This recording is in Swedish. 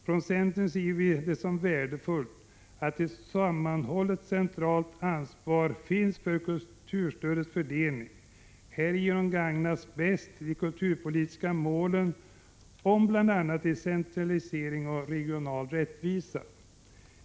Från centerns sida ser vi det som värdefullt att ett sammanhållet centralt ansvar finns för kulturstödets fördelning. Härigenom gagnas bäst de kulturpolitiska målen, som bl.a. gäller decentralisering och regional rättvisa.